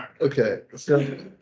Okay